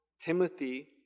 Timothy